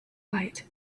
light